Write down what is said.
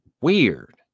weird